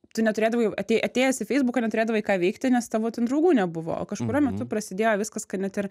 tu neturėdavai atė atėjęs į feisbuką neturėdavai ką veikti nes tavo ten draugų nebuvo o kažkuriuo metu prasidėjo viskas kad net ir